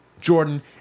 Jordan